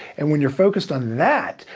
and when you're focused on that,